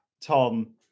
Tom